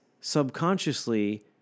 subconsciously